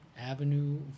avenue